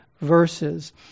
verses